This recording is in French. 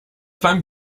femme